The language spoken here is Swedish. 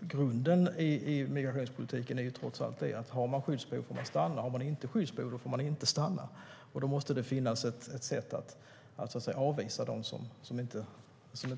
Grunden i migrationspolitiken är trots allt att man får stanna om man har skyddsbehov. Har man inte skyddsbehov får man inte stanna, och då måste det finnas sätt att avvisa dem som inte får stanna.